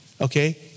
Okay